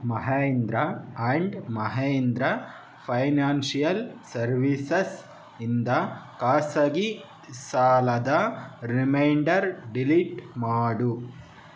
Mahendra and Mahindra financial ಸರ್ವೀಸಸಿಂದ ಖಾಸಗಿ ಸಾಲದ ರಿಮೈಂಡರ್ ಡಿಲೀಟ್ ಮಾಡು